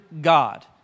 God